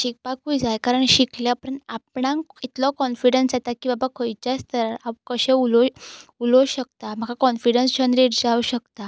शिकपाकूय जाय कारण शिकले उपरांत आपणाक इतलो कॉन्फिडन्स येता की बाबा खंयच्याय स्तरार कशें उलय उलोवं शकता म्हाका कॉन्फिडन्स जनरेट जावं शकता